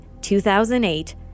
2008